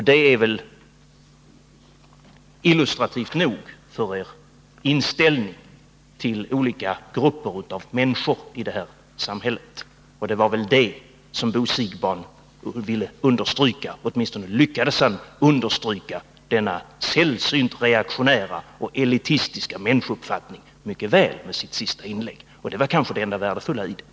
Det är illustrativt nog för er inställning till olika grupper av människor i detta samhälle. Och det var väl det som Bo Siegbahn ville understryka. Åtminstone lyckades han i sitt inlägg mycket väl understryka denna sällsynt reaktionära och elitistiska människouppfattning. Och det var kanske det enda värdefulla i inlägget.